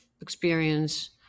experience